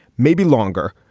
maybe longer,